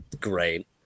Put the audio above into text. Great